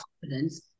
confidence